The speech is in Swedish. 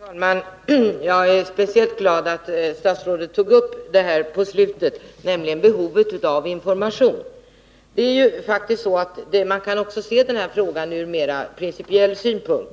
Herr talman! Jag är speciellt glad att statsrådet tog upp det som han berörde i slutet av sitt senaste inlägg, nämligen behovet av information. Man kan faktiskt också se den här frågan ur mer principiell synpunkt,